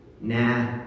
Nah